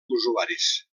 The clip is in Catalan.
usuaris